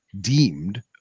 deemed